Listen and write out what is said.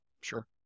Sure